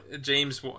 James